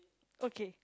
okay